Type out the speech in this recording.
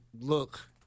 Look